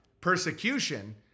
persecution